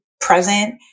present